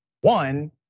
One